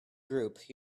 group